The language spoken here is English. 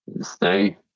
stay